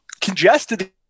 congested